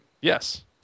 Yes